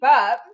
up